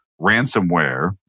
ransomware